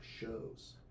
shows